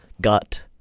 gut